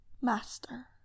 master